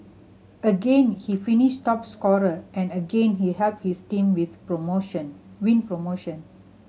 again he finished top scorer and again he helped his team with promotion win promotion